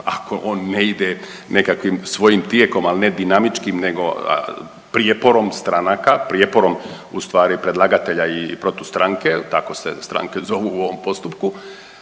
ako on ne ide nekakvim svojim tijekom, ali ne dinamičkim nego prijeporom stranaka, prijeporom ustvari predlagatelja i protustranke, tako se stranke zovu u ovom postupku,